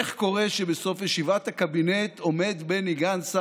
איך קורה שבסוף ישיבת הקבינט עומד בני גנץ,